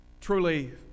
truly